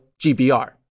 GBR